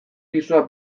pisua